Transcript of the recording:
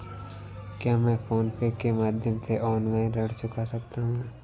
क्या मैं PhonePe के माध्यम से ऑनलाइन ऋण चुका सकता हूँ?